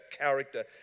character